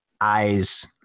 eyes